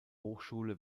hochschule